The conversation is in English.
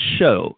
show